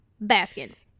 baskins